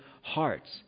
hearts